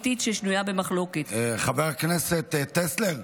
חבר הכנסת טסלר,